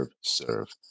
serve